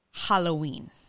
Halloween